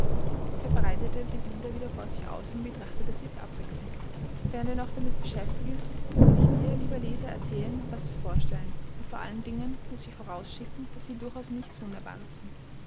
er breitete die bilder wieder vor sich aus und betrachtete sie abwechselnd während er noch damit beschäftigt ist will ich dir lieber leser erzählen was sie vorstellen und vor allen dingen muß ich vorausschicken daß sie durchaus nichts wunderbares sind